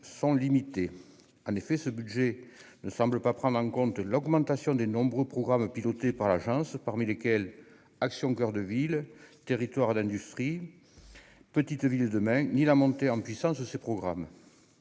sont limités, en effet, ce budget ne semble pas prendre en compte l'augmentation des nombreux programmes piloté par l'agence parmi lesquelles Action coeur de ville, territoires d'industrie, petite ville demain ni la montée en puissance de ce programmes